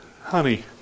honey